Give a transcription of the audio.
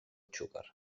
xúquer